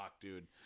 dude